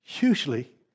usually